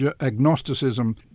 Agnosticism